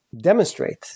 demonstrate